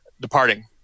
departing